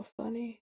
funny